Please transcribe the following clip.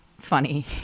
funny